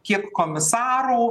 kiek komisarų